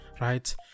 right